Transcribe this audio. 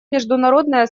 международное